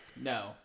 No